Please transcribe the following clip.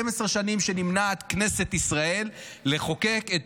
12 שנים שכנסת ישראל נמנעת מלחוקק את